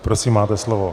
Prosím, máte slovo.